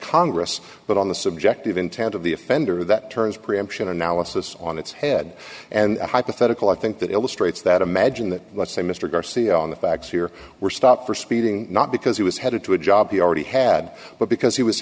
congress but on the subjective intent of the offender that turns preemption analysis on its head and hypothetical i think that illustrates that imagine that let's say mr garcia on the facts here were stopped for speeding not because he was headed to a job he already had but because he was